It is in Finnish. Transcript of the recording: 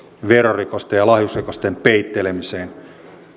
verorikosten ja lahjusrikosten peittelemiseen